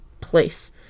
place